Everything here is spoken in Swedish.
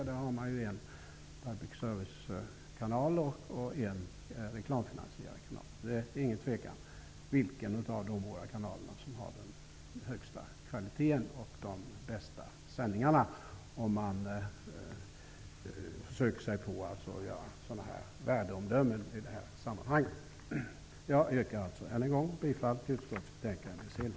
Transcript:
Där har man en public service-kanal och en reklamfinansierad kanal. Det råder inget tvivel om vilken av de båda kanalerna som har den högsta kvaliteten och de bästa sändningarna -- om man nu skall försöka sig på att fälla värdeomdömen i de här sammanhangen. Ännu en gång yrkar jag bifall till utskottets hemställan i dess helhet.